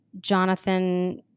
Jonathan